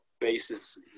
basis